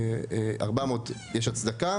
400 יש הצדקה